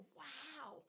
wow